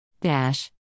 Dash